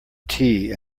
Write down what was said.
tea